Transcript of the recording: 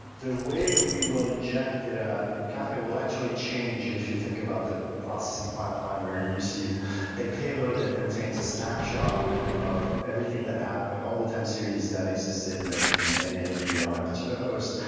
the way we will inject data in kafka will actually change if you think about the processing pipeline where you receive a payload that contains a snapshot of everything that happened, all the time series that existed you know between a and b on a particularly host,